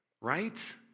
right